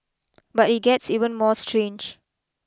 but it gets even more strange